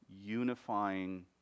unifying